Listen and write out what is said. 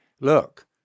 look